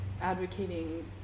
advocating